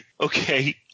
Okay